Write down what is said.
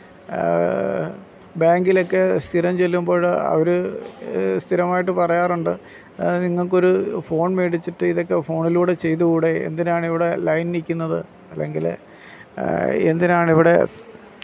ബാങ്കിലൊക്കെ സ്ഥിരം ചെല്ലുമ്പോൾ അവർ സ്ഥിരമായിട്ട് പറയാറുണ്ട് അത് നിങ്ങൾക്കൊരു ഫോൺ മേടിച്ചിട്ട് ഇതൊക്കെ ഫോണിലൂടെ ചെയ്തുടെ എന്തിനാണ് ഇവിടെ ലൈൻ നിൽക്കുന്നത് അല്ലെങ്കിൽ എന്തിനാണിവിടെ